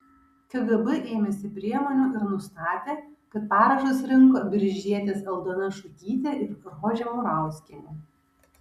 kgb ėmėsi priemonių ir nustatė kad parašus rinko biržietės aldona šukytė ir rožė murauskienė